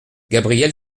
gabriel